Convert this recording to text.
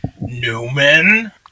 Newman